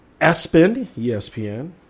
ESPN